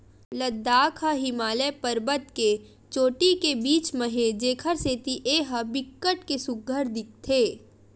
लद्दाख ह हिमालय परबत के चोटी के बीच म हे जेखर सेती ए ह बिकट के सुग्घर दिखथे